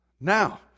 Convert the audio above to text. Now